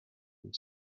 ein